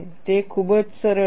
તે ખૂબ જ સરળ છે